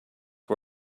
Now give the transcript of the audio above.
who